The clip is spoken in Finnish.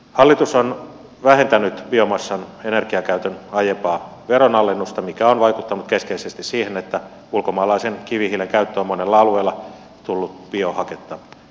hallitus on vähentänyt biomassan energiakäytön aiempaa veronalennusta mikä on vaikuttanut keskeisesti siihen että ulkomaalaisen kivihiilen käyttö on monella alueella tullut biohaketta edullisemmaksi